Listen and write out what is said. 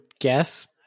guess